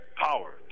power